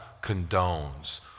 condones